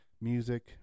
Music